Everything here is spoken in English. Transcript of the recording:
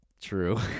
true